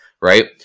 right